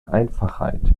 einfachheit